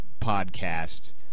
podcast